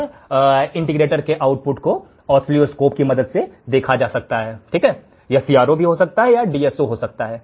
और इंटीग्रेटर के आउटपुट को आस्टसीलस्कप की मदद से देखा जा सकता है यह CRO हो सकता है यह DSO हो सकता है